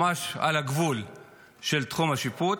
ממש על גבול תחום השיפוט,